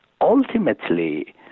Ultimately